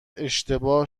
اشتباه